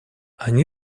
они